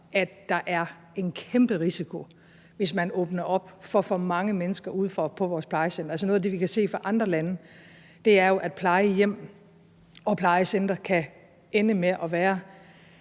at der er en kæmpe risiko, hvis man åbner op for for mange mennesker ude på vores plejecentre. Noget af det, som vi kan se i andre lande, er jo, at plejehjem og plejecentre kan ende med, jeg